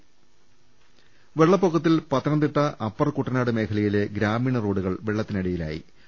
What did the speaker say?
ലലലലലലലലലലലല വെളളപ്പൊക്കത്തിൽ പത്തനംതിട്ട അപ്പർ കൂട്ടനാട് മേഖലയിലെ ഗ്രാമീണ റോഡുകൾ വെളളത്തിനടിയിലാ യി